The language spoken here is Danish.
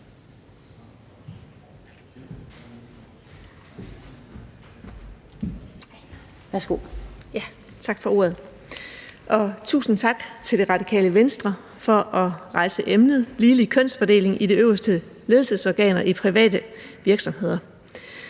tusind tak til Det Radikale Venstre for at rejse emnet ligelig kønsfordeling i de øverste ledelsesorganer i private virksomheder.